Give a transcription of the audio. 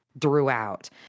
throughout